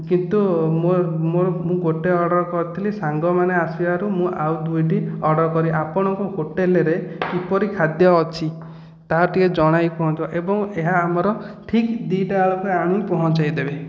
କିନ୍ତୁ ମୋ'ର ମୋ'ର ମୁଁ ଗୋଟିଏ ଅର୍ଡର କରିଥିଲି ସାଙ୍ଗମାନେ ଆସିବାରୁ ମୁଁ ଆଉ ଦୁଇଟି ଅର୍ଡର କଲି ଆପଣଙ୍କ ହୋଟେଲ୍ରେ କିପରି ଖାଦ୍ୟ ଅଛି ତା' ଟିକେ ଜଣାଇ କୁହନ୍ତୁ ଏବଂ ଏହା ଆମର ଠିକ୍ ଦୁଇଟା ବେଳକୁ ଆଣି ପହୁଞ୍ଚାଇଦେବେ